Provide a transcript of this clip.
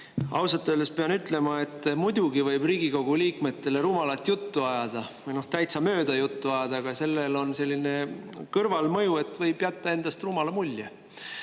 Ja ütlen ausalt, et muidugi võib Riigikogu liikmetele rumalat juttu ajada või täitsa mööda juttu ajada, aga sellel on selline kõrvalmõju, et võib jätta endast rumala mulje.